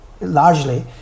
largely